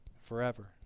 forever